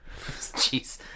Jeez